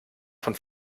von